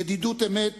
ידידות אמת